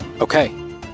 Okay